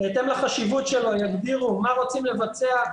בהתאם לחשיבות שלו יגידו מה רוצים לבצע,